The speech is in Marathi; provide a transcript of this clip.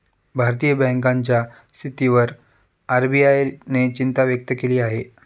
भारतीय बँकांच्या स्थितीवर आर.बी.आय ने चिंता व्यक्त केली आहे